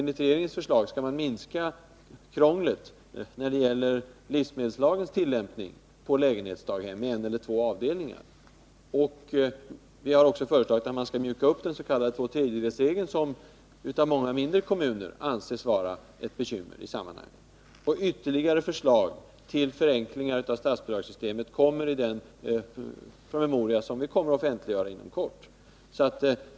Vidare skall krånglet när det gäller livsmedelslagens tillämpning minskas för lägenhetsdaghem med en eller två avdelningar. Vi har också föreslagit att den s.k. tvåtredjedelsregeln, som av många mindre kommuner anses bekymmersam, skall mjukas upp. Ytterligare förslag till förenklingar av statsbidragssystemet kommer i den promemoria vi offentliggör inom kort.